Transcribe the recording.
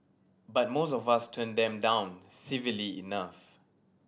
but most of us turn them down civilly enough